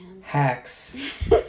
hacks